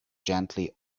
gently